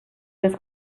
was